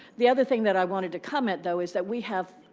the other thing that i wanted to comment, though, is that we have,